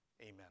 Amen